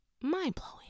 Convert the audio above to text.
Mind-blowing